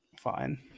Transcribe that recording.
fine